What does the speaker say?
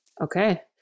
Okay